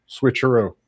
switcheroo